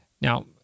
Now